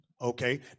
Okay